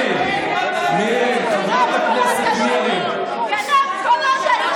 מירי, מירי, חברת הכנסת מירי, גנב קולות עלוב.